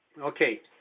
Okay